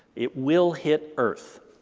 it will hit earth.